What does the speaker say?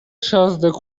شاهزاده